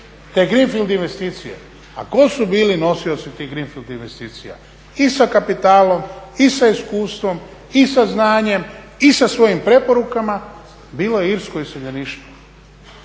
te greenfield investicije. A tko su bili nosioci tih greenfield investicija? I sa kapitalom i sa iskustvom i sa znanjem i sa svojim preporukama bilo je irsko iseljeništvo.